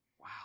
Wow